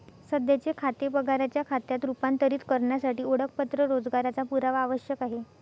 सध्याचे खाते पगाराच्या खात्यात रूपांतरित करण्यासाठी ओळखपत्र रोजगाराचा पुरावा आवश्यक आहे